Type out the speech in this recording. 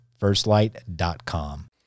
firstlight.com